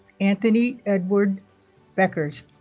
anthony edward bueckers